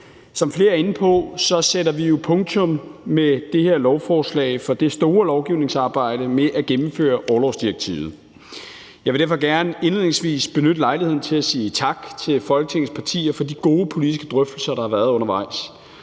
Som flere er inde på, sætter vi jo med det her lovforslag punktum for det store lovgivningsarbejde med at gennemføre orlovsdirektivet. Jeg vil derfor gerne indledningsvis benytte lejligheden til at sige tak til Folketingets partier for de gode politiske drøftelser, der har været undervejs,